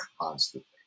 constantly